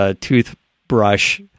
toothbrush